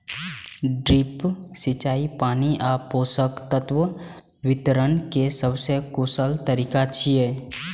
drip सिंचाई पानि आ पोषक तत्व वितरण के सबसं कुशल तरीका छियै